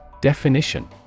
Definition